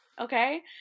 Okay